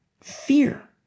fear